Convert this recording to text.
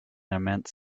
immense